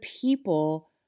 people